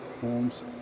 homes